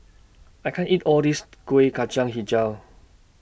I can't eat All This Kuih Kacang Hijau